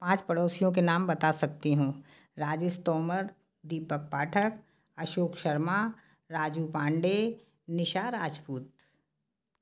पाँच पड़ोसियों के नाम बता सकती हूँ राजेश तोमर दीपक पाठक अशोक शर्मा राजू पांडे निशा राजपूत